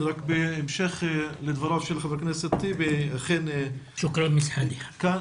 נכון,